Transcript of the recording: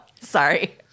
Sorry